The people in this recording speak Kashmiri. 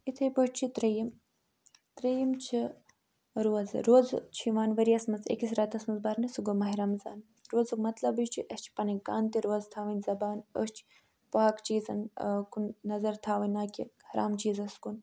یِتھَے پٲٹھۍ چھِ ترٛیٚیِم ترٛیٚیِم چھِ روزٕ روزٕ چھِ یِوان ؤریَس منٛز أکِس رٮ۪تَس منٛز برنہٕ سُہ گوٚو ماہِ رمضان روزُک مطلبٕے چھِ اَسہِ چھِ پَنٕںۍ کَن تہِ روزٕ تھاوٕنۍ زبان أچھ پاک چیٖزُن کُن نظر تھاوٕنۍ نا کہِ حرام چیٖزَس کُن